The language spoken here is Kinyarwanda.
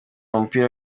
umupira